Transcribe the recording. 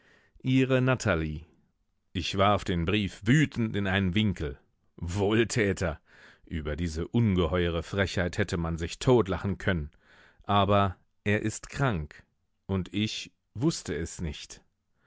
ihre natalie ich warf den brief wütend in einen winkel wohltäter über diese ungeheure frechheit hätte man sich totlachen können aber er ist krank und ich wußte es nicht